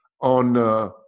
on –